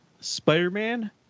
Spider-Man